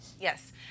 Yes